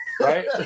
right